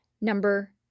number